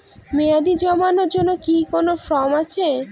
মেয়াদী জমানোর জন্য কি কোন ফর্ম আছে?